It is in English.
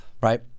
right